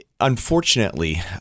unfortunately